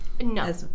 No